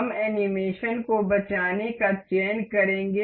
हम एनीमेशन को बचाने का चयन करेंगे